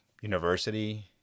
university